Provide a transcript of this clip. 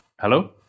hello